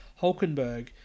Hulkenberg